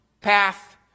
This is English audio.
path